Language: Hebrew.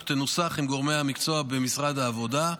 תנוסח עם גורמי המקצוע במשרד העבודה,